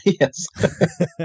Yes